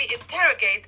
interrogate